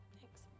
Thanks